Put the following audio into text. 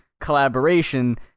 collaboration